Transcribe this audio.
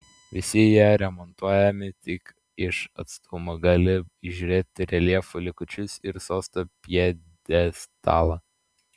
visi jie remontuojami tik iš atstumo gali įžiūrėti reljefų likučius ir sosto pjedestalą